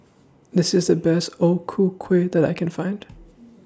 This IS The Best O Ku Kueh that I Can Find